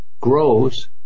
grows